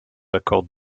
accords